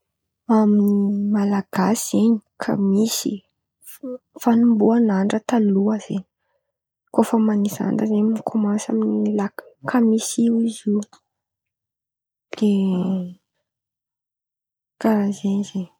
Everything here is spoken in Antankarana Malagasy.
Amy Malagasy zen̈y kamisy fan̈omboan'andra taloha zen̈y. Kô fa manisa andra zen̈y kômansy amy la- kamisy izy io de karàha zen̈y zen̈y.